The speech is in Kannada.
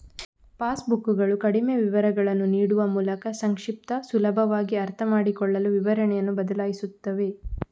ಪಾಸ್ ಬುಕ್ಕುಗಳು ಕಡಿಮೆ ವಿವರಗಳನ್ನು ನೀಡುವ ಮೂಲಕ ಸಂಕ್ಷಿಪ್ತ, ಸುಲಭವಾಗಿ ಅರ್ಥಮಾಡಿಕೊಳ್ಳಲು ವಿವರಣೆಯನ್ನು ಬದಲಾಯಿಸುತ್ತವೆ